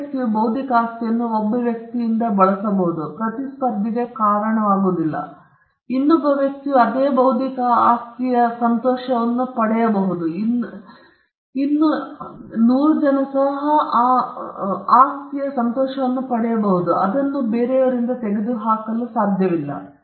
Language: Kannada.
ಪ್ರತಿ ವ್ಯಕ್ತಿಯು ಬೌದ್ಧಿಕ ಆಸ್ತಿಯನ್ನು ಒಬ್ಬ ವ್ಯಕ್ತಿಯಿಂದ ಬಳಸುವುದು ಪ್ರತಿಸ್ಪರ್ಧಿಗೆ ಕಾರಣವಾಗುವುದಿಲ್ಲ ಅಥವಾ ಇನ್ನೊಬ್ಬ ವ್ಯಕ್ತಿಯು ಅದೇ ಬೌದ್ಧಿಕ ಆಸ್ತಿಯ ಸಂತೋಷವನ್ನು ತೆಗೆದು ಹಾಕುವುದಿಲ್ಲ